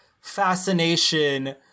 fascination